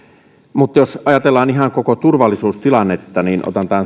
mutta jos ajatellaan ihan koko turvallisuustilannetta niin otan